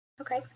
Okay